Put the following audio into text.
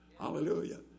Hallelujah